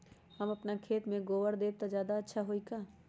हम अपना खेत में गोबर देब त ज्यादा अच्छा होई का?